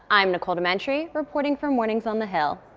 i'm nicole dementri reporting for mornings on the hill.